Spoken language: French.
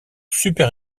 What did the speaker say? super